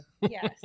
Yes